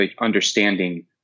understanding